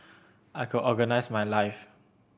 I could organise my life